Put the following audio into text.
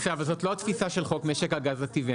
בסדר, אבל זו לא התפיסה של חוק משק הגז הטבעי.